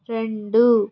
రెండు